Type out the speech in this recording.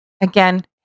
Again